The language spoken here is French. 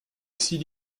six